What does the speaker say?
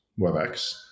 WebEx